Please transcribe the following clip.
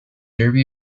derby